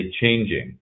changing